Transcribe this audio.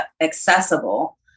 accessible